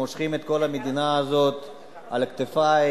מושכים את כל המדינה הזאת על הכתפיים,